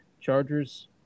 Chargers